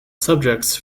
subjects